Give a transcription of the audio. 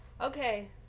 Okay